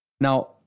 Now